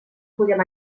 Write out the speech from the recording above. podem